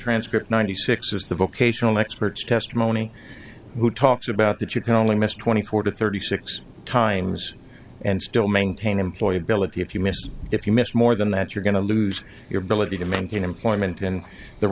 transcript ninety six is the vocational expert testimony who talks about that you can only miss twenty four to thirty six times and still maintain employability if you miss if you miss more than that you're going to lose your ability to maintain employment and the